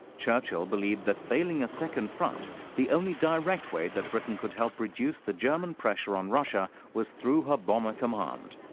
churchill believed that failing a second front, the only direct way that britain could help reduce the germany pressure on russia was through her bomber command.